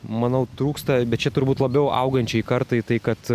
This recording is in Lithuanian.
manau trūksta bet čia turbūt labiau augančiai kartai tai kad